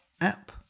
app